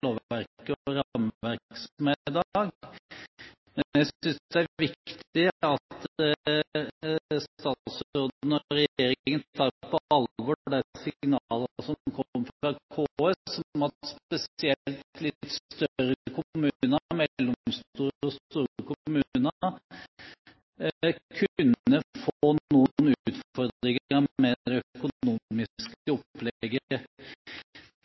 men jeg synes det er viktig at statsråden og regjeringen tar på alvor de signalene som kom fra KS om at spesielt litt større kommuner, mellomstore og store kommuner, kunne få noen utfordringer med det økonomiske